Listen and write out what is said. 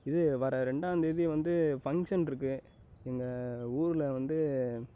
இது வர ரெண்டாந்தேதி வந்து ஃபங்க்ஷனிருக்கு எங்கள் ஊரில் வந்து